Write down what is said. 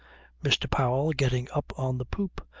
mr. powell, getting up on the poop,